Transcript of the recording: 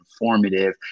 informative